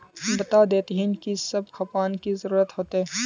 बता देतहिन की सब खापान की जरूरत होते?